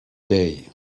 day